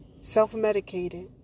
self-medicated